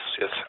yes